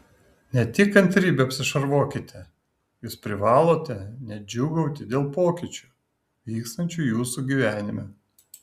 ne tik kantrybe apsišarvuokite jūs privalote net džiūgauti dėl pokyčių vykstančių jūsų gyvenime